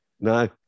No